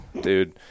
dude